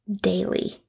daily